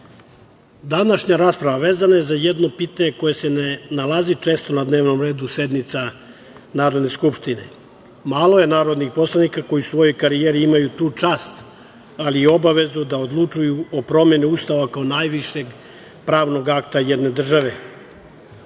„za“.Današnja rasprava vezana je za jedno pitanje koje se ne nalazi često na dnevnom redu sednica Narodne skupštine. Malo je narodnih poslanika koji u svojoj karijeri imaju tu čast, ali i obavezu da odlučuju o promeni Ustava, kao najvišeg pravnog akta jedne države. Kada